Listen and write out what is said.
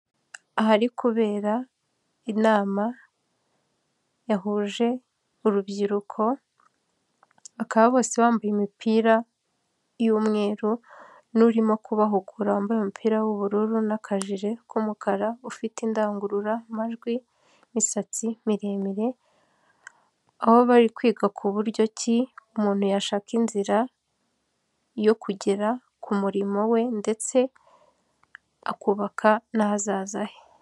Ahari kubera inama yahuje urubyiruko, bakaba bose bambaye imipira y'umweru, n'urimo kubara wambaye umupira w'ubururu n'akajire k'umukara, ufite indangururamajwi. Imisatsi miremire aho bari kwiga ku buryo umuntu yashaka inzira yo kugera ku murimo we ndetse akubaka n'ahazaza he.